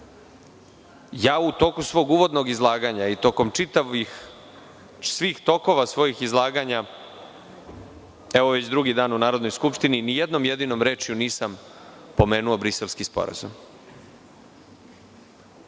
bila.U toku svog uvodnog izlaganja i tokom čitavih tokova svih svojih izlaganja, evo već drugi dan u Narodnoj skupštini, ni jednom jedinom rečju nisam pomenuo Briselski sporazum.